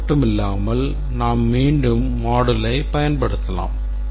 அது மட்டுமல்லாமல் நாம் மீண்டும் moduleயைப் பயன்படுத்தலாம்